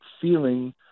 feeling